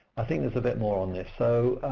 think there's a bit more on this. so